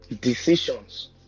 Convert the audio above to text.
decisions